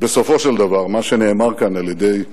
בסופו של דבר, מה שנאמר כאן על-ידי